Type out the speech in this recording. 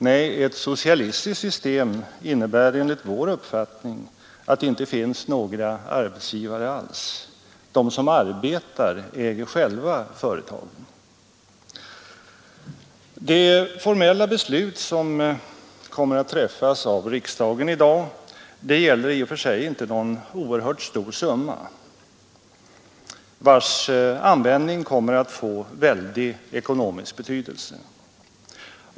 Nej, ett socialistiskt system innebär enligt vår uppfattning att det inte finns några arbetsgivare alls. De som arbetar äger själva företagen. Det formella beslut som kommer att träffas av riksdagen i dag gäller i och för sig inte någon oerhört stor summa, vars användning kommer att få väldig ekonomisk betydelse.